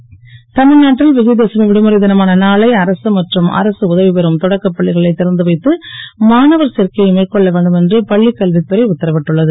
விஜயதசமி தமி நாட்டில் விஜயதசமி விடுமுறை னமான நாளை அரசு மற்றும் அரசு உதவிப் பெறும் தொடக்கப் பள்ளிகளை றந்து வைத்து மாணவர் சேர்க்கையை மேற்கொள்ள வேண்டும் என்று பள்ளிக் கல்வித் துறை உத்தரவிட்டுள்ளது